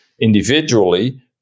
individually